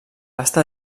estar